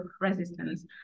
resistance